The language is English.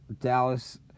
Dallas